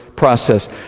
process